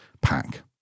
pack